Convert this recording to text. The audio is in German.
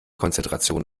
konzentration